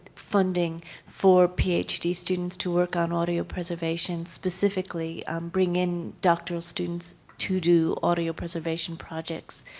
funding for ph d. students to work on audio preservation, specifically bring in doctoral students to do audio preservation projects,